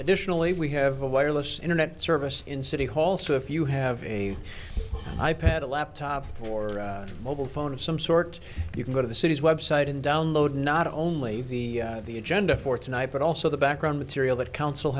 additionally we have a wireless internet service in city hall so if you have a i pad a laptop or mobile phone of some sort you can go to the cities website and download not only the the agenda for tonight but also the background material that council